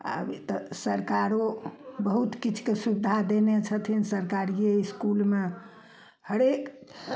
आब तऽ सरकारो बहुत किछुके सुबिधा देने छथिन सरकारिए इसकूलमे हरेक